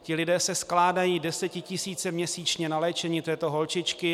Ti lidé se skládají, desetitisíce měsíčně, na léčení této holčičky.